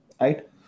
right